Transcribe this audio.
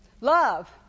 Love